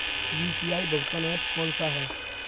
UPI भुगतान app कौन सा है?